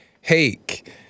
Hake